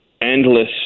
endless